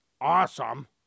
awesome